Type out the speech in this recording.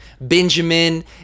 Benjamin